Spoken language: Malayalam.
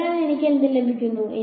അതിനാൽ എനിക്ക് എന്ത് ലഭിക്കും